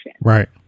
Right